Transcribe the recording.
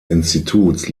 instituts